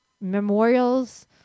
memorials